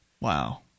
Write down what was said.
Wow